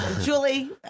Julie